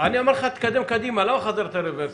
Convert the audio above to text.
להגיש בקשה לתגי חנייה לנכים בשלושה ערוצים.